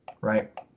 right